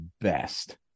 best